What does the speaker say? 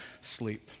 sleep